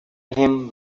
him